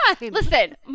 Listen